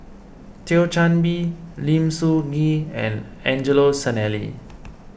Thio Chan Bee Lim Soo Ngee and Angelo Sanelli